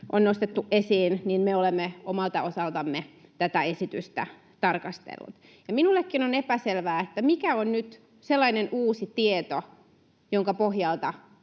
on nostettu esiin, me olemme omalta osaltamme tätä esitystä tarkastelleet. Minullekin on epäselvää, mikä on nyt sellainen uusi tieto, jonka pohjalta